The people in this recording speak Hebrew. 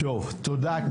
תודה.